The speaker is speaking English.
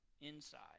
inside